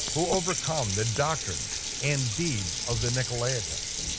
who overcome the doctrine and deeds of the nicolaitans.